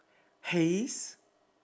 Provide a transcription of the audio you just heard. haize